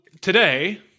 today